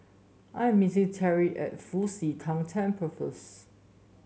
I am meeting Teri at Fu Xi Tang Temple first